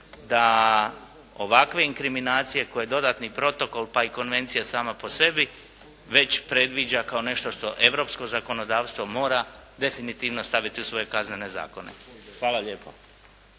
da ovakve inkriminacije koje dodatni protokol pa i konvencija sama po sebi već predviđa kao nešto što europsko zakonodavstvo mora definitivno staviti u svoje kaznene zakone. Hvala lijepo.